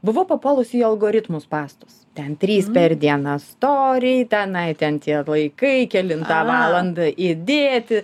buvau papuolusi į algoritmų spąstus ten trys per dieną storiai tenai ten tie laikai kelintą valandą įdėti